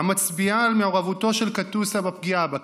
המצביעה על מעורבותו של קטוסה בפגיעה בה".